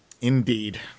Indeed